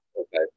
Okay